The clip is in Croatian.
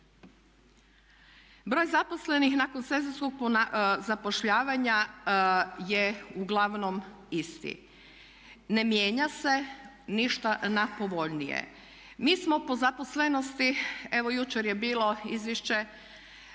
Broj zaposlenih nakon sezonskog zapošljavanja je uglavnom isti, ne mijenja se ništa na povoljnije. Mi smo po zaposlenosti evo jučer je bilo izvješće